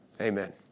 Amen